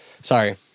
sorry